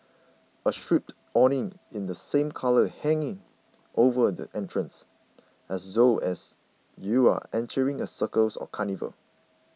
a striped awning in the same colours hanging over the entrance as though you are entering a circus or carnival